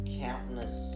countless